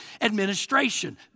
administration